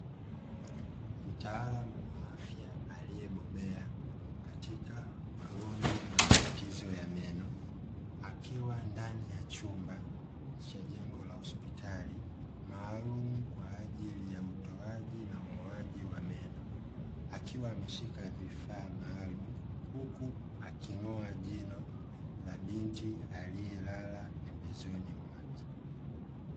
Mtaalamu wa afya aliyebobea katika magonjwa na matatizo ya meno, akiwa ndani ya chumba cha jengo la hospitali maalumu, kwa ajili ya upimaji na utoaji wa meno, akiwa ameshika vifaa maalumu, huku akitoa jino la binti aliyelala pembezoni mwake.